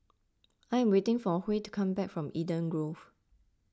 I am waiting for Huey to come back from Eden Grove